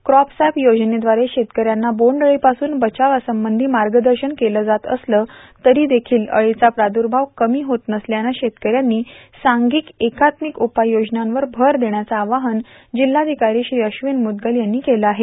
कॉपसॅप योजनेद्वारे शेतकऱ्यांना बोंडअछीपासून बचावासंबंधी मार्गदर्शन केलं जातं असलं तरीदेखील अळीचा प्राद्रर्भाव कमी होत नसल्यानं शेतकऱ्यांनी सांधिक एकात्मिक उपाययोजनांवर भर देण्याचं आवाहन जिल्हाधिकारी श्री अश्विन मुदगल यांनी केलं आहे